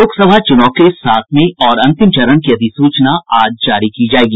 लोकसभा चुनाव के सातवें और अंतिम चरण की अधिसूचना आज जारी की जाएगी